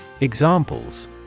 Examples